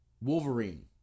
Wolverine